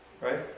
Right